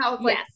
yes